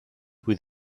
with